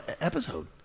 episode